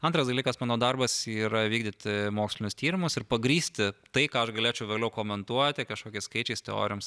antras dalykas mano darbas yra vykdyti mokslinius tyrimus ir pagrįsti tai ką aš galėčiau vėliau komentuoti kažkokiais skaičiais teorijomis